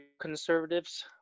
conservatives